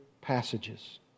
passages